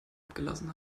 abgelassen